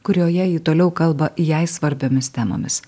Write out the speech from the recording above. kurioje ji toliau kalba jai svarbiomis temomis